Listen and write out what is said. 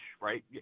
right